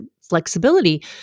flexibility